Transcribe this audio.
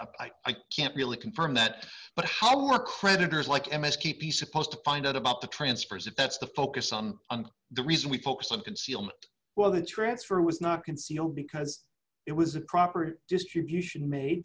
so i can't really confirm that but how will our creditors like m s keep the supposed to find out about the transfers if that's the focus on and the reason we focus on concealment while the transfer was not concealed because it was a proper distribution ma